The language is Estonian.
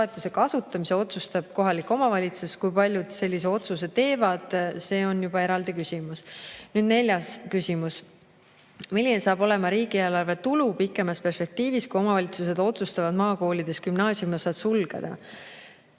kasutamise otsustab kohalik omavalitsus. Kui paljud sellise otsuse teevad, see on juba eraldi küsimus. Nüüd neljas küsimus. "Milline saab olema riigieelarve tulu pikemas perspektiivis, kui omavalitsused otsustavad maakoolides gümnaasiumiosad sulgeda?"